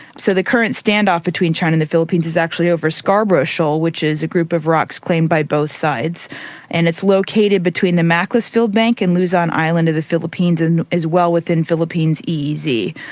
so the current standoff between china and the philippines is actually over scarborough shoal, which is a group of rocks claimed by both sides and it's located between the macclesfield bank and luzon island of the philippines and is well within philippines' eez.